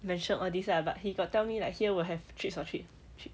mentioned all this lah but he got tell me like here will have treats or treats treats